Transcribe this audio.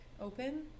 open